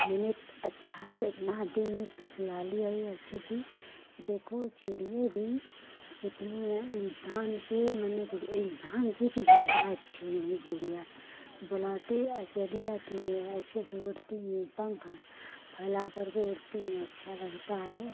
मैंने क अच्छा से एतना दिल में खुशहाली आई है अच्छी सी देखो चिड़िये भी जीतने एँ इंसान के मने कि जे इंसान से भी ज्यादा अच्छे हैं चिड़िया बोलाती अ चली आती है अच्छे से उड़ती हैं पंख फैला करके उड़ती हैं अच्छा लगता है